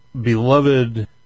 beloved